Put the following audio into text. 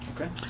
Okay